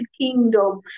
Kingdom